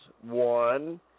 one